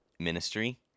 ministry